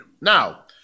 Now